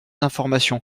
d’information